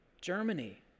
Germany